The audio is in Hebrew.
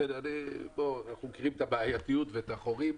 אנחנו מכירים את הבעייתיות ואת החורים.